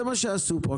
זה מה שעשו פה.